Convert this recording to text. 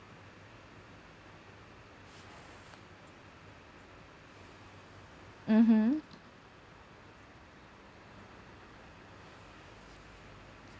mmhmm